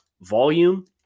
volume